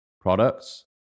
products